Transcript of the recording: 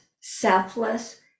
selfless